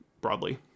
broadly